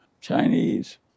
Chinese